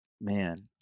man